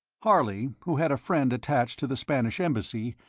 harley, who had a friend attached to the spanish embassy,